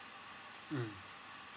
mm